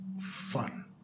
fun